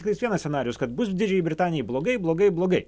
tiktais vienas scenarijus kad bus didžiajai britanijai blogai blogai blogai